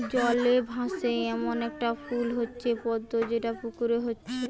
জলে ভাসে এ্যামন একটা ফুল হচ্ছে পদ্ম যেটা পুকুরে হচ্ছে